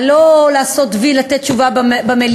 לא לעשות "וי", לתת תשובה במליאה.